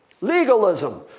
legalism